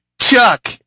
Chuck